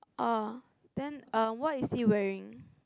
uh then um what is he wearing